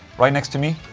right next to me.